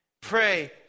Pray